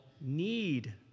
need